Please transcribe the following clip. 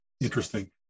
Interesting